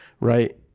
Right